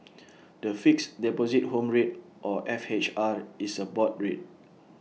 the Fixed Deposit Home Rate or F H R is A board rate